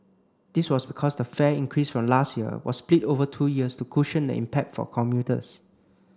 this was because the fare increase from last year was split over two years to cushion the impact for commuters